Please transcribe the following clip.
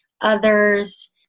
others